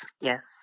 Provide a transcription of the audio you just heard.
Yes